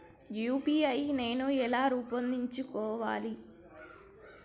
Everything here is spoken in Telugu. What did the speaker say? యూ.పీ.ఐ నేను ఎలా రూపొందించుకోవాలి?